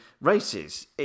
races